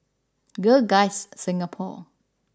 Girl Guides Singapore